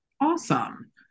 Awesome